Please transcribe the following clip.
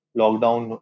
lockdown